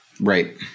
right